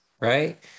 right